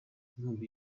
inkubi